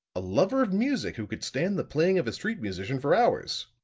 a lover of music who could stand the playing of a street musician for hours!